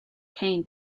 pain